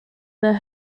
their